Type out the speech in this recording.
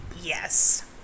yes